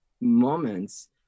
moments